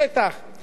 תודה לכולם.